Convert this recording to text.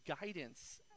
guidance